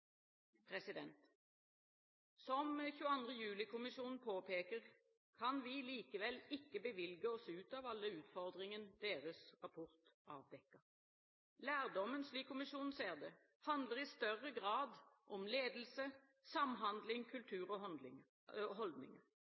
Som 22. juli-kommisjonen påpeker, kan vi likevel ikke bevilge oss ut av alle utfordringer deres rapport avdekket. Lærdommen – slik kommisjonen ser det – handler «i større grad om ledelse, samhandling, kultur og holdninger».